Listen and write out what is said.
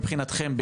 מבחינתכם,